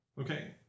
Okay